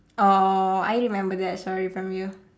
oh I remember that story from you